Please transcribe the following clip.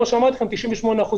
כלומר החוב